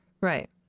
right